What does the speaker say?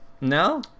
no